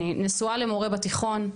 אני נשואה למורה בתיכון.